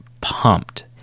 pumped